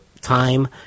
time